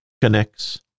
connects